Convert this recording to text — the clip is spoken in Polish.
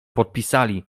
podpisali